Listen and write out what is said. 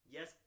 Yes